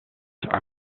are